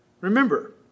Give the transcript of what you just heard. Remember